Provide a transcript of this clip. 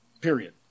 Period